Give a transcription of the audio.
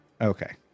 Okay